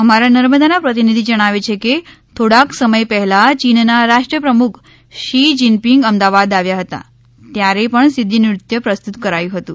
અમારા નર્મદાના પ્રતિનિધિ જણાવે છે કે થોડાક સમય પહેલા ચીનના રાષ્ટ્રપ્રમુખ શી જીનપીંગ અમદાવાદ આવ્યા હતા ત્યારે પણ સિદ્દી નૃત્ય પ્રસ્તુત કરાયું હતું